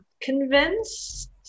convinced